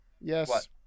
Yes